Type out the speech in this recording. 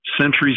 centuries